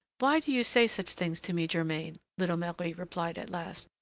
why do you say such things to me, germain? little marie replied at last,